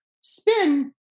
spin